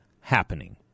happening